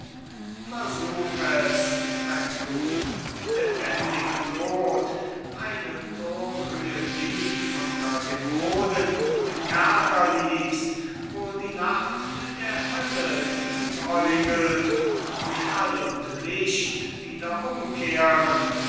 versuch es wenn du lebendig todt eine thurmhöhe tief unter dem boden im kerker liegst wo die nacht mit der hölle liebäugelt und schall und licht wieder umkehren